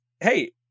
Hey